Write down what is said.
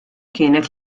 kienet